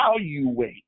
evaluate